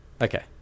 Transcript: Okay